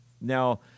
Now